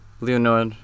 Leonor